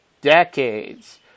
decades